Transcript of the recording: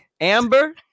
Amber